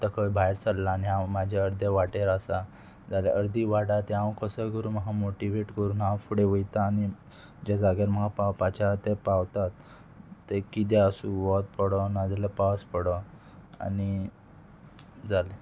आतां खंय भायर सरला आनी हांव म्हाजे अर्दे वाटेर आसा जाल्यार अर्दी वाट आहा ती हांव कसोय करून म्हाका मोटिवेट करून हांव फुडें वयता आनी जे जाग्यार म्हाका पावपाचे आहा ते पावतात ते किदें आसूं वत पडों नाजाल्यार पावस पडों आनी जालें